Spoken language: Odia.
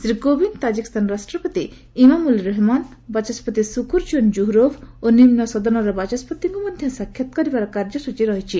ଶ୍ରୀ କୋବିନ୍ଦ୍ ତାଜିକିସ୍ତାନ ରାଷ୍ଟ୍ରପତି ଇମାମୋଲି ରହମୋନ୍ ବାଚସ୍କତି ଶୁକୁରଜୋନ୍ କୁହୁରୋଭ୍ ଓ ନିମ୍ନ ସଦନର ବାଚସ୍କତିଙ୍କୁ ମଧ୍ୟ ସାକ୍ଷାତ୍ କରିବାର କାର୍ଯ୍ୟସ୍ଚୀ ରହିଛି